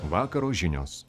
vakaro žinios